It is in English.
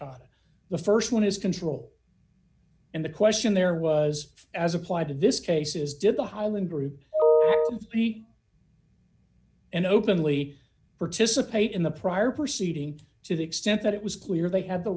a the st one is control and the question there was as applied to this case is did the highland group busy and openly participate in the prior proceeding to the extent that it was clear they have the